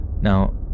Now